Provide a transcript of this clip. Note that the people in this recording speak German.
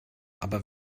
aber